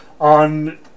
on